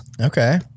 Okay